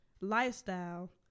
lifestyle